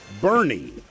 Bernie